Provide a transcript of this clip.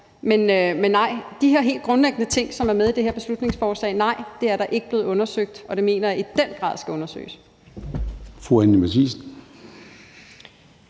Men de her helt grundlæggende ting, som er med i det her beslutningsforslag, er ikke blevet undersøgt, og dem mener jeg i den grad skal undersøges.